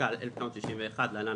התשכ"א-1961 (להלן,